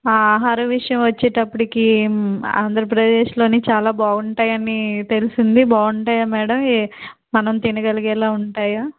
ఆహార విషయం వచ్చేటప్పటికి ఆంధ్రప్రదేశ్లోనే చాలా బాగుంటాయి అని తెలిసింది బాగుంటాయా మేడం మనం తినగలిగేలా ఉంటాయా